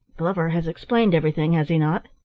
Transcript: glover has explained everything, has he not?